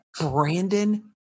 Brandon